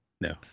no